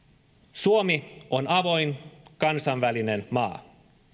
suomi on avoin kansainvälinen maa